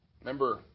Remember